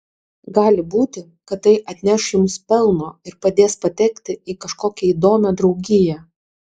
gali būti kad tai atneš jums pelno ir padės patekti į kažkokią įdomią draugiją